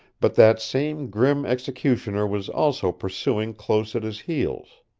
but that same grim executioner was also pursuing close at his heels.